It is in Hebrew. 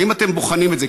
האם אתם בוחנים את זה?